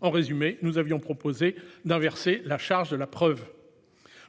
En résumé, nous avions proposé d'inverser la charge de la preuve.